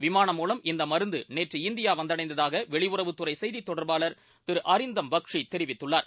விமானம் மூலம் இந்த மருந்து நேற்று இந்தியா வந்தடைந்ததாக வெளியுறவுத்துறை செய்தித் தொடர்பாளர் திரு அரிந்தம் பக்சி தெரிவித்துள்ளார்